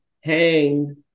hang